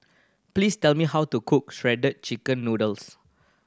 please tell me how to cook Shredded Chicken Noodles